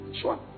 Sure